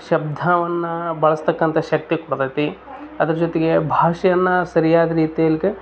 ಶಬ್ದವನ್ನು ಬಳಸ್ತಕ್ಕಂಥ ಶಕ್ತಿ ಕೊಡ್ತತಿ ಅದ್ರ ಜೊತೆಗೆ ಭಾಷೆಯನ್ನು ಸರಿಯಾದ ರೀತಿಯಲ್ಲಿ